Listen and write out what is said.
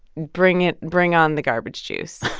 bring it bring on the garbage juice